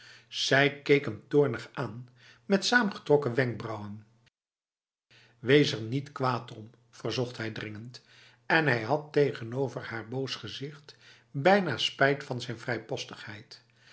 zij keek hem toornig aan met saamgetrokken wenkbrauwen wees er niet kwaad om verzocht hij dringend en hij had tegenover haar boos gezicht bijna spijt van zijn